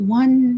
one